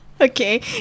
Okay